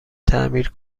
تعمیر